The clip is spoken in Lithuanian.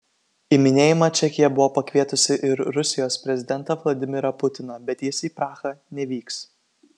į minėjimą čekija buvo pakvietusi ir rusijos prezidentą vladimirą putiną bet jis į prahą nevyks